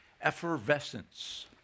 effervescence